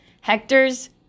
Hector's